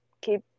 keep